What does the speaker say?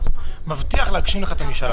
מבטיח להגשים לך את המשאלה.